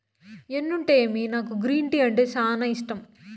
ఎన్నుంటేమి నాకు green tea అంటే సానా ఇష్టం